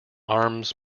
arms